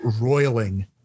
roiling